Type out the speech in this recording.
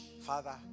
father